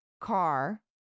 car